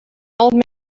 old